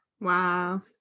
Wow